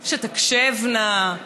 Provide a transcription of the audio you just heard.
שתקשבנה,